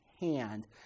hand